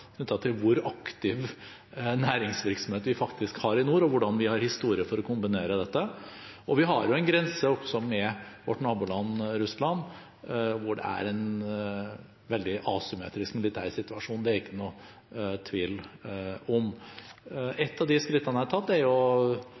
til hvor aktiv næringsvirksomhet vi faktisk har i nord, og hvordan vi har en historie for å kombinere dette. Vi har også en grense mot vårt naboland Russland hvor det er en veldig asymmetrisk militær situasjon. Det er det ikke noen tvil om. Et av de skrittene jeg har tatt, er